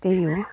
त्यही हो